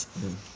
hmm